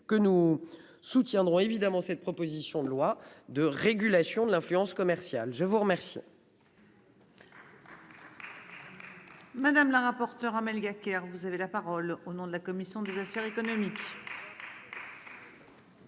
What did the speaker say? que nous soutiendrons évidemment cette proposition de loi de régulation de l'influence commerciale, je vous remercie.